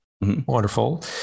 Wonderful